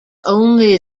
only